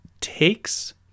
takes